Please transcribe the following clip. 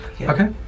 Okay